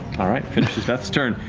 all right. finishes veth's turn.